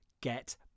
get